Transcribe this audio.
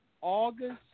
August